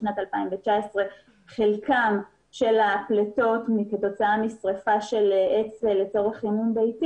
בשנת 2019 חלקם של הפליטות כתוצאה משריפה של עץ לצורך חימום ביתי